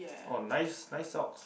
oh nice nice socks